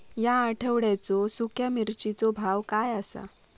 या आठवड्याचो सुख्या मिर्चीचो भाव काय आसा?